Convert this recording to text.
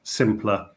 simpler